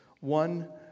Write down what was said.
one